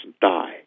die